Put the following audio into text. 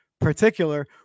particular